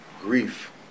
grief